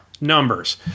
numbers